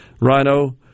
rhino